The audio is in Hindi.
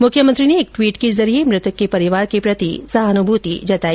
मुख्यमंत्री ने एक ट्वीट के जरिये मृतक के परिवार के प्रति सहानुभूति व्यक्त की